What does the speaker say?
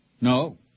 No